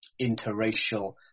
interracial